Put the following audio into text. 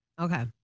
Okay